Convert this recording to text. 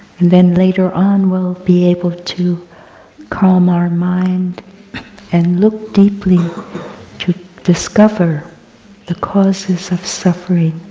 then, later on we'll be able to calm our mind and look deeply to discover the causes of suffering,